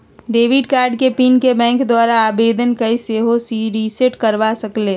debit card के PIN के bank द्वारा आवेदन कऽ के सेहो रिसेट करबा सकइले